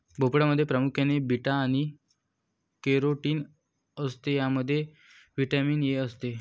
भोपळ्यामध्ये प्रामुख्याने बीटा आणि कॅरोटीन असते ज्यामध्ये व्हिटॅमिन ए असते